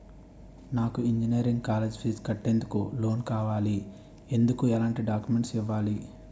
నాకు engineering college fees కట్టేందుకు loan కావాలి, ఎందుకు ఎలాంటి డాక్యుమెంట్స్ ఇవ్వాలి?